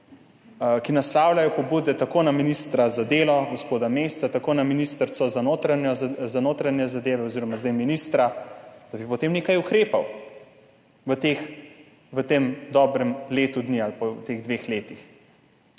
ki naslavljajo pobude tako na ministra za delo, gospoda Mesca, tako na ministrico za notranje zadeve oziroma zdaj ministra, da bi potem nekaj ukrepal v tem dobrem letu dni ali pa v teh dveh letih.